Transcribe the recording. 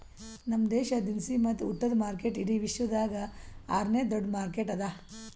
ನಮ್ ದೇಶ ದಿನಸಿ ಮತ್ತ ಉಟ್ಟದ ಮಾರ್ಕೆಟ್ ಇಡಿ ವಿಶ್ವದಾಗ್ ಆರ ನೇ ದೊಡ್ಡ ಮಾರ್ಕೆಟ್ ಅದಾ